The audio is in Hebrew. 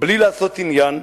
בלי לעשות עניין,